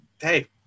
Hey